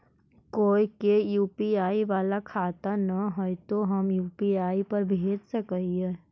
कोय के यु.पी.आई बाला खाता न है तो हम यु.पी.आई पर भेज सक ही?